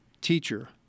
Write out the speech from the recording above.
Teacher